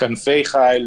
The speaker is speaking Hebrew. "כנפי חיל",